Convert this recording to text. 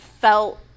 felt